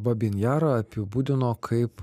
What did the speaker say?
babyn jarą apibūdino kaip